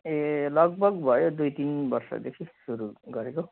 ए लगभग भयो दुई तिन वर्षदेखि सुरु गरेको